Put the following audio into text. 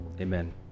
Amen